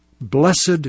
Blessed